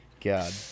God